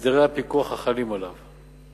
והסדרי הפיקוח החלים עליו.